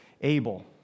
Abel